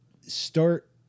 start